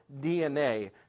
DNA